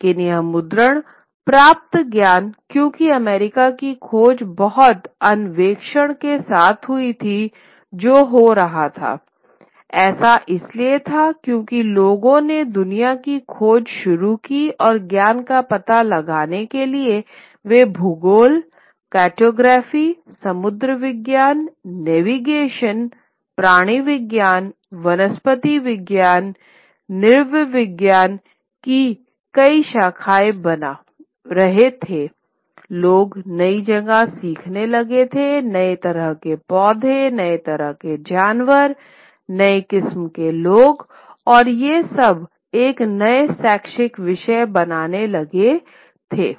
लेकिन यह मुद्रण प्राप्त ज्ञान क्योंकि अमेरिका की खोज बहुत अन्वेषण के साथ हुई थी जो हो रहा था ऐसा इसलिए था क्योंकि लोगों ने दुनिया की खोज शुरू की और ज्ञान का पता लगाने के लिए वे भूगोल कार्टोग्राफी समुद्र विज्ञान नेवीगेशन प्राणी विज्ञान वनस्पति विज्ञान नृविज्ञान की नई शाखाएँ बना रहे थे लोग नई जगह सीखने लगे थे नए तरह के पौधे नए तरह के जानवर नए किस्म के लोग और ये सब नए शैक्षिक विषय बनने लगे थे